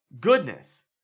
Goodness